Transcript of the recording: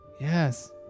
Yes